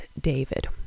David